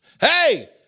Hey